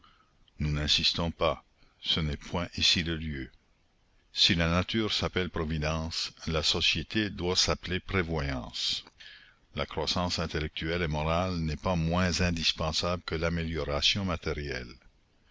nous n'insistons pas ce n'est point ici le lieu si la nature s'appelle providence la société doit s'appeler prévoyance la croissance intellectuelle et morale n'est pas moins indispensable que l'amélioration matérielle